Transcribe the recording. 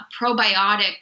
probiotic